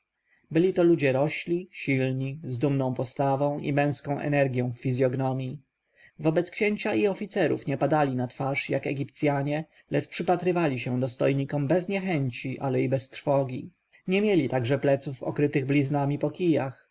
byli to ludzie rośli silni z dumną postawą i męską energją w fizjognomji wobec księcia i oficerów nie padali na twarz jak egipcjanie lecz przypatrywali się dostojnikom bez niechęci ale i bez trwogi nie mieli także pleców okrytych bliznami